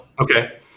Okay